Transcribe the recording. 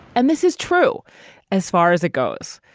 and this is true as far as it goes,